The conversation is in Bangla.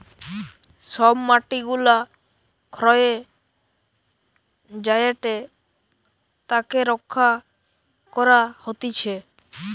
সব মাটি গুলা ক্ষয়ে যায়েটে তাকে রক্ষা করা হতিছে